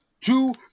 Two